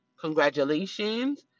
Congratulations